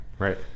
Right